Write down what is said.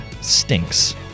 Stinks